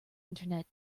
internet